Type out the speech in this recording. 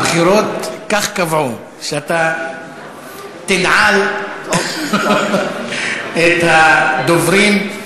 הבחירות כך קבעו, שאתה תנעל את רשימת הדוברים.